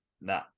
Nah